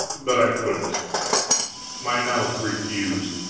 but i couldn't my mouth refused.